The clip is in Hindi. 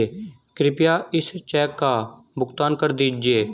कृपया इस चेक का भुगतान कर दीजिए